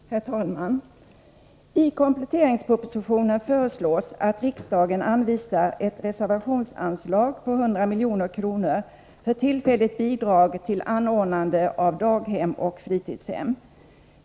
Herr talman! I kompletteringspropositionen föreslås att riksdagen anvisar ett reservationsanslag på 100 milj.kr. för tillfälligt bidrag till anordnande av daghem och fritidshem.